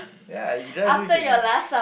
ya it drives me crazy